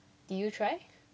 did you try